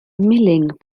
milling